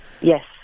Yes